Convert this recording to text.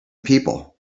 people